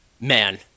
man